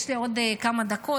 יש לי עוד כמה דקות.